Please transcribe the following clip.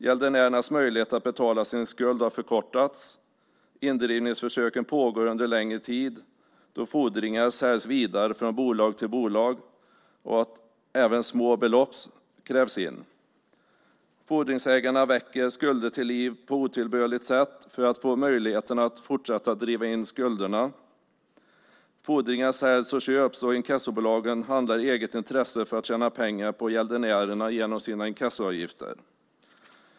Tiden för gäldenären att betala av sin skuld har förkortats, indrivningsförsöken pågår under längre tid då fordringar säljs vidare från bolag till bolag och även små belopp krävs in. Fordringsägare väcker skulder till liv på otillbörligt sätt för att få möjlighet att fortsätta driva in skulderna. Fordringar säljs och köps, och inkassobolagen handlar i eget intresse för att tjäna pengar på gäldenärerna genom sina inkassoavgifter.